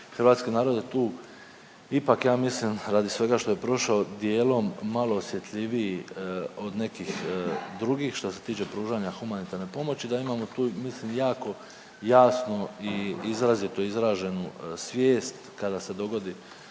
hrvatski narod je tu ipak ja mislim radi svega što je prošao dijelom malo osjetljiviji od nekih drugih što se tiče pružanja humanitarne pomoći da imamo tu mislim jako jasno i izrazito izraženu svijest kada se dogodi